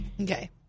Okay